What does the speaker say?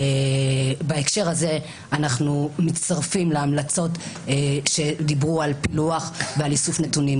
בהקשר הזה אנחנו מצטרפים להמלצות שדיברו על פילוח ועל איסוף נתונים.